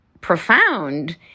profound